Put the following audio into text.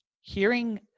hearing